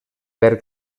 per